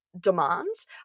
demands